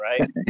right